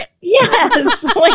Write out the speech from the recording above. Yes